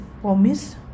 promise